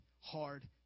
hard